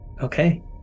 Okay